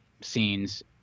scenes